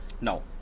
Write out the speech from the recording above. No